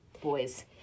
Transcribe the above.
Boys